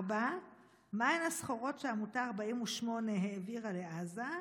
4. מהן הסחורות שעמותת 48 העבירה לעזה?